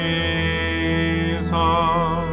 Jesus